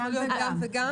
זה יכול להיות גם וגם?